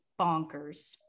bonkers